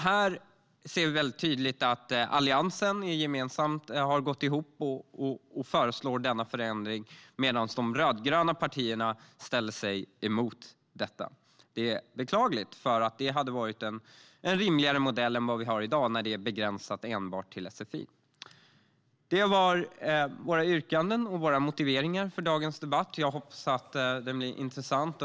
Här ser vi väldigt tydligt att vi i Alliansen har gått ihop och föreslår denna förändring, medan de rödgröna partierna är emot detta. Det är beklagligt, för det hade varit en rimligare modell än vad vi har i dag när det är begränsat enbart till sfi. Det var våra yrkanden och våra motiveringar i dagens debatt. Jag hoppas att debatten blir intressant.